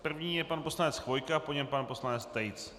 První je pan poslanec Chvojka, po něm pan poslanec Tejc.